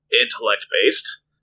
intellect-based